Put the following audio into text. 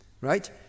right